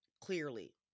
clearly